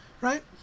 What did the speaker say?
right